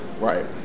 Right